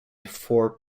four